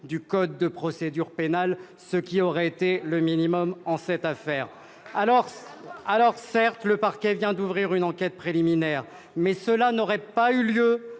du code de procédure pénale, ce qui aurait été le minimum en cette affaire ? Absolument, c'est la loi ! Certes, le parquet vient d'ouvrir une enquête préliminaire, mais cela n'aurait pas eu lieu